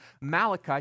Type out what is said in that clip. Malachi